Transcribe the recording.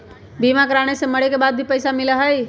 बीमा कराने से मरे के बाद भी पईसा मिलहई?